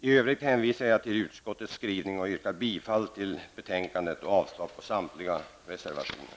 I övrigt hänvisar jag till utskottets skrivning och yrkar bifall till hemställan i betänkandet samt avslag på samtliga reservationer.